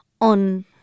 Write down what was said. on